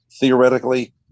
theoretically